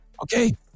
Okay